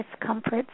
discomforts